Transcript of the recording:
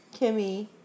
Kimmy